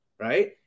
right